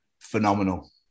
phenomenal